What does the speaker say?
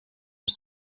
was